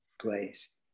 place